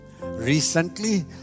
Recently